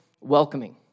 welcoming